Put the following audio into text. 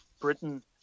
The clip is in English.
Britain